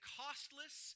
costless